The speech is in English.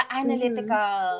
analytical